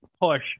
push